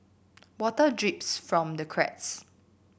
water drips from the cracks